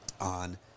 on